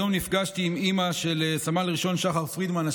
היום נפגשתי עם אימא של סמל ראשון שחר פרידמן,